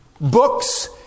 books